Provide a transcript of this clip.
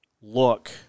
look